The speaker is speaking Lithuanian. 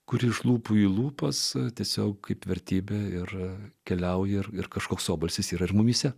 kuri iš lūpų į lūpas tiesiog kaip vertybė yra keliauja ir ir kažkoks obalsis ir ar mumyse